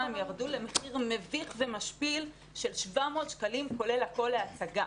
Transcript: הם ירדו למחיר מביך ומשפיל של 700 שקלים כולל הכול להצגה.